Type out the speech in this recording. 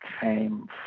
came